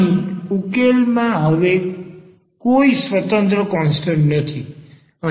અહીં ઉકેલમાં હવે કોઈ સ્વતંત્ર કોન્સ્ટન્ટ નથી